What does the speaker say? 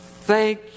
thank